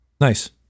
Nice